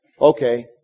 okay